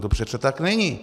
To přece tak není!